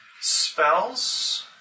Spells